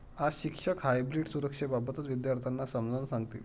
आज शिक्षक हायब्रीड सुरक्षेबाबत विद्यार्थ्यांना समजावून सांगतील